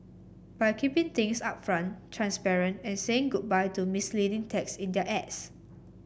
by keeping things upfront transparent and saying goodbye to misleading text in their ads